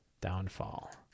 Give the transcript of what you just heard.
Downfall